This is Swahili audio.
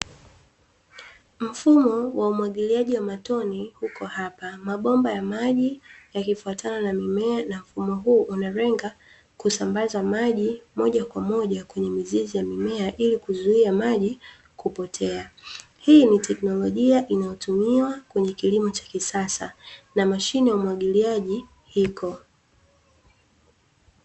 Mfumo wa umwagiliaji wa matone huko hapa; mabomba ya maji yakifuatana na mimea na mfumo huu unalenga kusambaza maji moja kwa moja kwenye mizizi ya mimea, ili kuzuia maji kupotea. Hii ni teknolojia inayotumiwa kwenye kilimo cha kisasa na mashine ya umwagiliaji hiko.